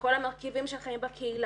וכל המרכיבים של חיים בקהילה.